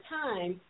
time